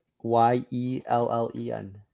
Y-E-L-L-E-N